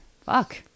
Fuck